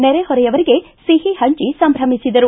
ನೆರೆಹೊರೆಯವರಿಗೆ ಸಿಹಿ ಹಂಚಿ ಸಂಭ್ರಮಿಸಿದರು